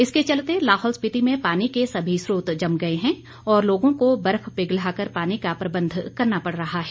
इसके चलते लाहौल स्पिति में पानी के सभी स्रोत जम गए हैं और लोगों को बर्फ पिघलाकर पानी का प्रबंध करना पड़ रहा है